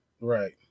Right